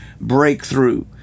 breakthrough